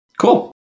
Cool